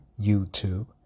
YouTube